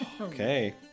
Okay